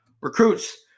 Recruits